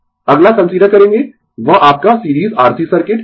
Refer Slide Time 1810 अगला consider करेंगें वह आपका सीरीज R C सर्किट